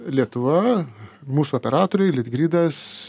lietuva mūsų operatoriai litgridas